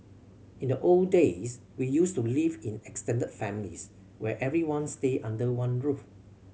in the old days we used to live in extended families where everyone stayed under one roof